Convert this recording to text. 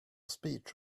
speech